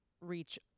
reach